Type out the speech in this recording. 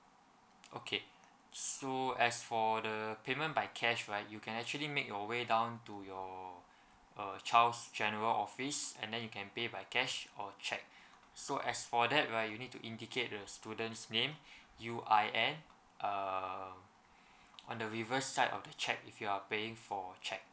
okay so as for the payment by cash right you can actually make your way down to your uh child's general office and then you can pay by cash or cheque so as for that right you need to indicate the student's name U_I_N uh on the reverse side of the cheque if you are paying for cheque